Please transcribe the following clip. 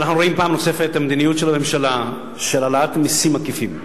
אנחנו רואים פעם נוספת את מדיניות הממשלה להעלאת מסים עקיפים.